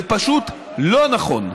זה פשוט לא נכון.